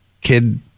kid